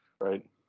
Right